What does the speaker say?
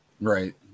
Right